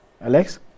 Alex